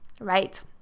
right